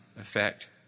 effect